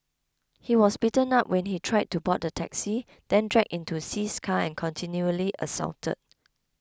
he was beaten up when he tried to board the taxi then dragged into See's car and continually assaulted